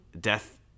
Death